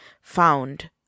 found